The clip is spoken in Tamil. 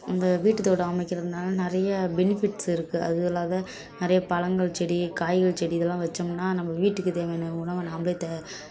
அந்த வீட்டு தோட்டம் அமைக்கிறதுனால் நிறைய பெனிஃபிட்ஸ் இருக்குது அது இல்லாது நிறையா பழங்கள் செடி காய்கள் செடி இதெல்லாம் வைச்சோம்னா நம்ம வீட்டுக்கு தேவையான உணவை நாம்ளே த